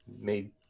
made